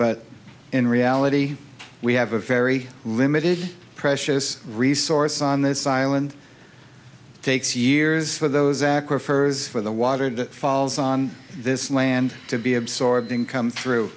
but in reality we have a very limited precious resource on this island takes years for those aquifers for the water that falls on this land to be absorbed in come through